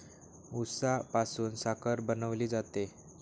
उसापासून साखर बनवली जाते